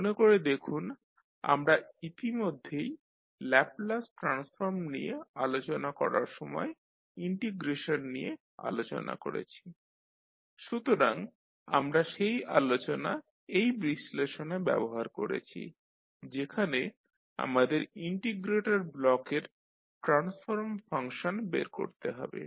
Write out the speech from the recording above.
মনে করে দেখুন আমরা ইতিমধ্যেই ল্যাপলাস ট্রান্সফর্ম নিয়ে আলোচনা করার সময় ইন্টিগ্রেশন নিয়ে আলোচনা করেছি সুতরাং আমরা সেই আলোচনা এই বিশ্লেষণে ব্যবহার করেছি যেখানে আমাদের ইন্টিগ্রেটর ব্লকের ট্রান্সফর্ম ফাংশন বের করতে হবে